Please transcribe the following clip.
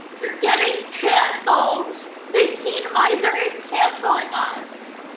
you're getting cancelled! the heatmiser is canceling us!